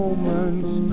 Moments